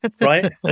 right